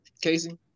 Casey